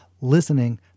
Listening